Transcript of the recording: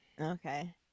okay